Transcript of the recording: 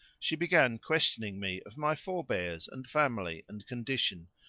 she began questioning me of my forbears and family and condition,